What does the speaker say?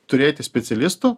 turėti specialistų